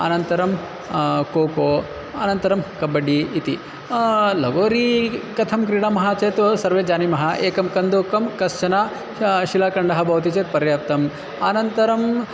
अनन्तरं कोको अनन्तरं कबड्डि इति लगोरी कथं क्रीडामः चेत् सर्वे जानीमः एकं कन्दुकं कश्चन शिलाखण्डः भवति चेत् पर्याप्तम् अनन्तरम्